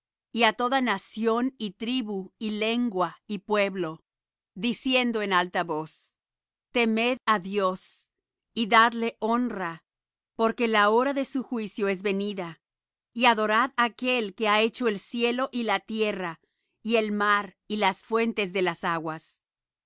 á toda nación y tribu y lengua y pueblo diciendo en alta voz temed á dios y dadle honra porque la hora de su juicio es venida y adorad á aquel que ha hecho el cielo y la tierra y el mar y las fuentes de las aguas